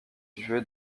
située